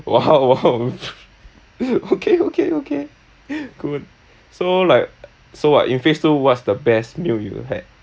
!wow! !wow! okay okay okay cool so like so what in phase two what's the best meal you had